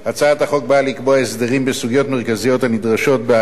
הצעת החוק באה לקבוע הסדרים בסוגיות המרכזיות הנדרשות בהליך